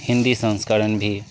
हिन्दी संस्करण भी